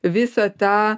visą tą